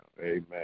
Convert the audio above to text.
Amen